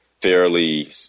fairly